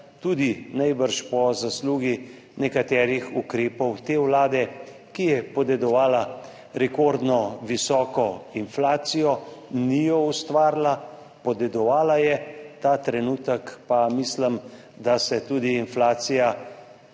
tudi po zaslugi nekaterih ukrepov te vlade, ki je podedovala rekordno visoko inflacijo, ni je ustvarila, podedovala je, ta trenutek pa mislim, da se tudi inflacija